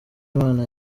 imana